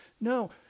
No